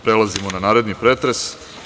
Prelazimo na naredni pretres.